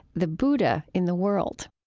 the buddha in the world.